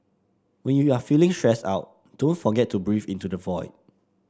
when you are feeling stressed out don't forget to breathe into the void